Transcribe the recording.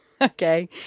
Okay